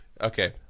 Okay